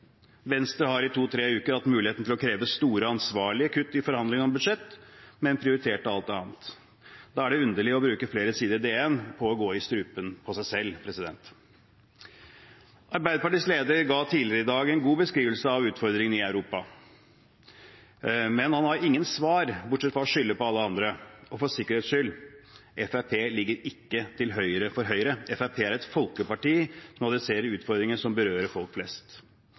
Venstre har i to–tre uker hatt muligheten til å kreve store ansvarlige kutt i budsjettforhandlingene, men prioriterte alt annet. Da er det underlig å bruke flere sider i DN på å gå i strupen på seg selv. Arbeiderpartiets leder ga tidligere i dag en god beskrivelse av utfordringene i Europa, men han har ingen svar, bortsett fra å skylde på alle andre. Og for sikkerhets skyld: Fremskrittspartiet ligger ikke til høyre for Høyre. Fremskrittspartiet er et folkeparti som adresserer utfordringer som berører folk flest.